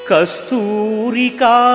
Kasturika